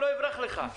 הוא לא יברח לך,